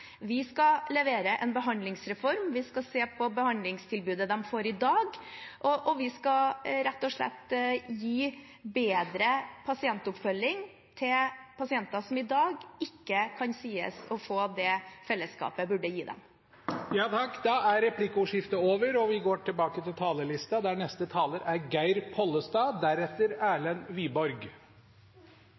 Vi skal levere en behandlingsreform, vi skal se på behandlingstilbudet de får i dag, og vi skal rett og slett gi bedre pasientoppfølging til pasienter som i dag ikke kan sies å få det fellesskapet burde gi dem. Replikkordskiftet er over. Det er